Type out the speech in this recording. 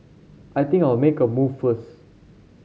I think I'll make a move first